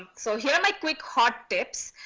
ah so here are my quick hot tips.